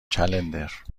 چندلر